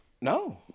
no